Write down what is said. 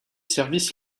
services